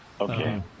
okay